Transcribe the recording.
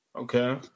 Okay